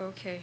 ok